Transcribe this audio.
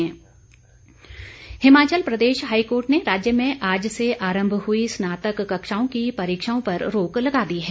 high court Himachal Pradesh high court ने राज्य में आज से आरंभ हुई स्नातक कक्षाओं की परीक्षाओं पर रोक लगा दी है